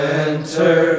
enter